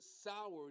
soured